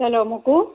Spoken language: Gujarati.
ચલો મૂકું